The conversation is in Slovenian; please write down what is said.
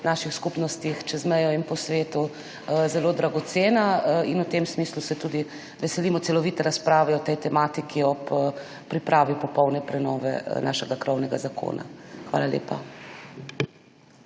naših skupnostih čez mejo in po svetu, zelo dragocena in v tem smislu se tudi veselimo celovite razprave o tej tematiki ob pripravi popolne prenove našega krovnega zakona. Hvala lepa.